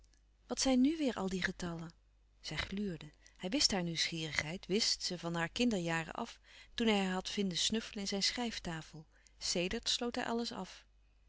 wat zijn nu weêr al die getallen zij gluurde hij wist haar nieuwsgierigheid wist ze van haar kinderjaren af toen hij haar had vinden snuffelen in zijn schrijftafel sedert sloot hij alles af